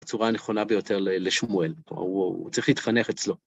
הצורה הנכונה ביותר לשמואל, הוא צריך להתחנך אצלו.